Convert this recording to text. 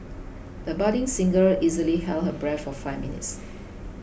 the budding singer easily held her breath for five minutes